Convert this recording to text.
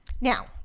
Now